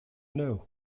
know